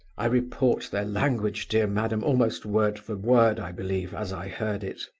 i report their language, dear madam, almost word for word, i believe, as i heard it.